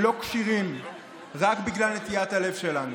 לא כשירים רק בגלל נטיית הלב שלנו.